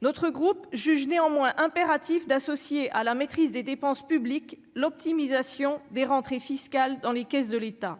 notre groupe juge néanmoins impératif d'associer à la maîtrise des dépenses publiques, l'optimisation des rentrées fiscales dans les caisses de l'État.